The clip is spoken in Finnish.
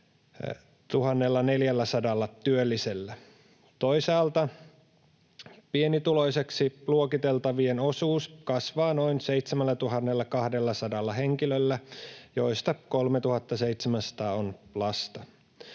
400 työllisellä. Toisaalta pienituloiseksi luokiteltavien osuus kasvaa noin 7 200 henkilöllä, joista 3 700 on lasta.